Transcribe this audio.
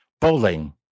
bowling